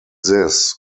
this